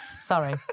Sorry